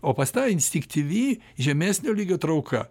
o pas tą instinktyvi žemesnio lygio trauka